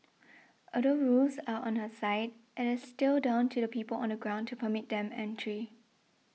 although rules are on her side it is still down to the people on the ground to permit them entry